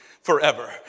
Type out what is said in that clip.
forever